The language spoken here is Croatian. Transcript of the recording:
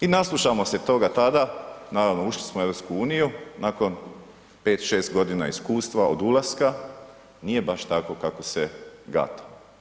I naslušamo se toga tada, naravno ušli smo u EU, nakon 5,6 godina iskustva od ulaska, nije baš tako kako se gatalo.